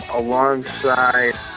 alongside